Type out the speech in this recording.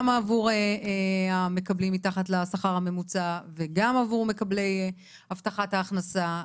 גם עבור המקבלים מתחת לשכר הממוצע וגם עבור מקבלי הבטחת ההכנסה.